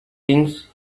things